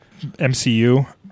MCU